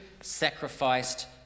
sacrificed